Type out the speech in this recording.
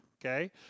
Okay